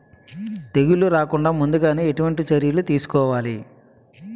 తెగుళ్ల రాకుండ ముందుగానే ఎటువంటి చర్యలు తీసుకోవాలి?